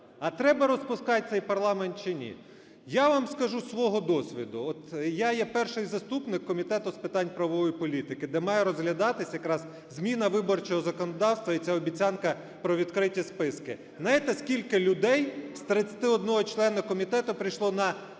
а треба розпускати цей парламент чи ні? Я вам скажу з свого досвіду. От я є перший заступник Комітету з питань правової політики, де має розглядатися якраз зміна виборчого законодавства і ця обіцянка про відкриті списки. Знаєте, скільки людей з 31 члена комітету прийшло на планове